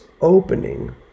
opening